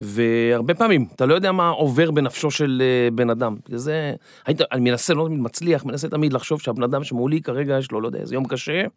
והרבה פעמים אתה לא יודע מה עובר בנפשו של בן אדם, זה, אני מנסה, לא תמיד מצליח, מנסה תמיד לחשוב שהבן אדם שמולי כרגע יש לו לא יודע איזה יום קשה.